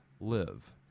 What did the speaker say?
live